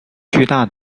巨大